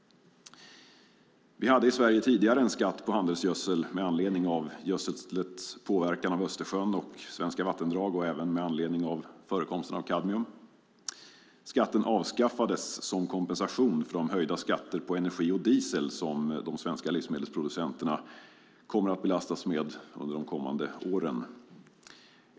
Vi hade i Sverige tidigare en skatt på handelsgödsel med anledning av gödslets påverkan på Östersjön och svenska vattendrag och även med anledning av förekomsten av kadmium. Skatten avskaffades som kompensation för de höjda skatter på energi och diesel som de svenska livsmedelsproducenterna kommer att belastas med under de kommande åren.